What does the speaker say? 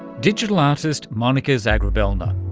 digital artist monika zagrobelna.